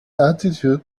attitude